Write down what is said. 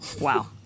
Wow